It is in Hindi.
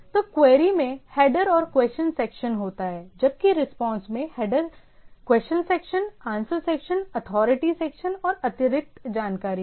तो क्वेरी में हेडर और क्वेश्चन सेक्शन होता है जबकि रिस्पांस में header question section answer section authority section और अतिरिक्त जानकारी है